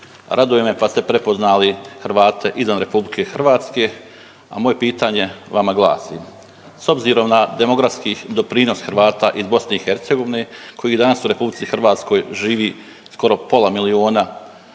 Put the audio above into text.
Raduje me pa ste prepoznali Hrvate izvan RH, a moje pitanje vama glasi. S obzirom na demografski doprinos Hrvata iz BiH, koji danas u RH živi skoro pola miliona